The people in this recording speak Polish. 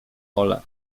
ole